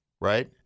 right